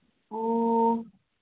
ꯑꯣ